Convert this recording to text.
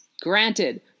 Granted